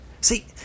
See